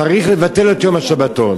צריך לבטל את יום השבתון.